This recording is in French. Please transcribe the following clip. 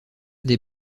des